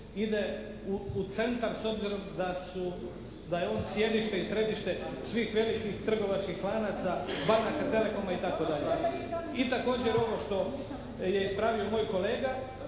ide u centar s obzirom da su, da je on sjedište i središte svih velikih trgovačkih lanaca, banaka, telecoma itd. I također ovo što je ispravio moj kolega